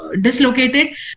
dislocated